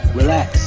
relax